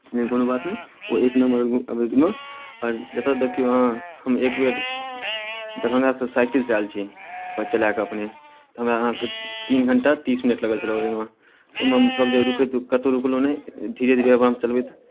लेकिन कोनो बात नहि ओ एक नंबर अबयमे आओर जतय देखियौ अहाँ हम एक बेर दरभंगासँ साइकिलसँ आयल छी चला कऽ अपने तऽ हमरा अहाँके तीन घण्टा तीस मिनट लागल छलय ओहिमे ओहिमे हमसभ जे रुकैत कतहु रुकलहुँ नहि धीरे धीरे अपन आरामसँ चलबैत